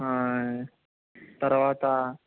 తర్వాత